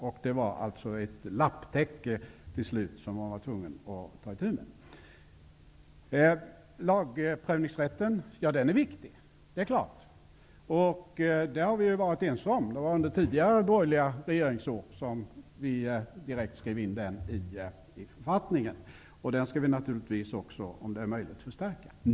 Till slut utgjorde grundlagen ett lapptäcke som man var tvungen att ta itu med. Det är klart att lagprövningsrätten är viktig. Det har vi varit ense om. Det var under tidigare borgerliga regeringsår som den skrevs in i författningen. Vi skall naturligtvis, om möjligt, förstärka den.